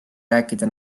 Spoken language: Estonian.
rääkida